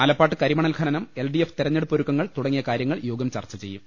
ആലപ്പാട്ട് കരിമണൽ ഖനനം L D F തിരഞ്ഞെടുപ്പ് ഒരുക്കങ്ങൾ തുടങ്ങിയ കാര്യങ്ങൾ യോഗം ചർച്ച ചെയ്യും